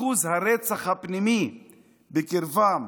אחוז הרצח הפנימי בקרבם